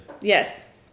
Yes